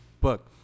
book